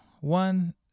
One